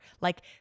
Like-